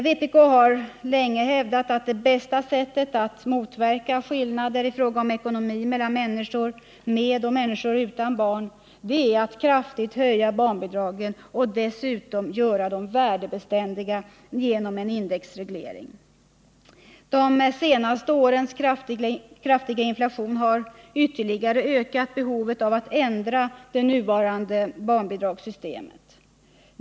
Vpk har länge hävdat att det bästa sättet att motverka skillnaderna i fråga om ekonomi mellan människor med och människor utan barn är att kraftigt höja barnbidragen och dessutom göra dem värdebeständiga genom en indexreglering. De senaste årens kraftiga inflation har ytterligare ökat behovet av att ändra det nuvarande barnbidragssystemet.